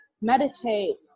meditate